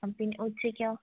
ആ പിൻ ഉച്ചക്കോ